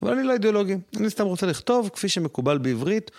אבל אני לא אידיאולוגי, אני סתם רוצה לכתוב כפי שמקובל בעברית.